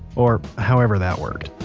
or, however that worked.